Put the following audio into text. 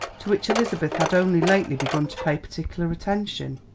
to which elizabeth had only lately begun to pay particular attention.